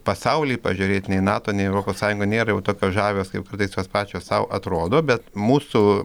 pasauly pažiūrėt nei nato nei europos sąjunga nėra jau tokios žavios kaip kartais jos pačios sau atrodo bet mūsų